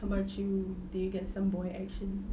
how about you did you get some boy action